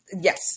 Yes